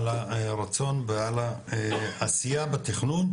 על הרצון ועל העשייה בתכנון,